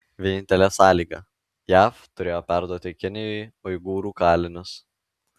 vienintelė sąlyga jav turėjo perduoti kinijai uigūrų kalinius